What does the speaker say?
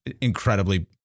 incredibly